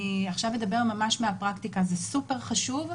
אדבר עכשיו ממש מהפרקטיקה: זה סופר חשוב.